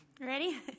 Ready